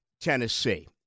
Tennessee